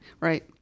right